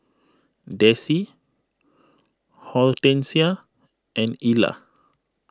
Dessie Hortensia and Ila